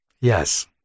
Yes